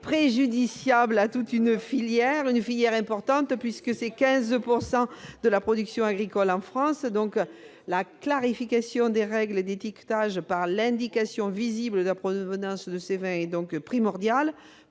sont préjudiciables à toute une filière, laquelle est importante puisqu'elle représente 15 % de la production agricole française. La clarification des règles d'étiquetage par l'indication visible de la provenance de ces vins est donc primordiale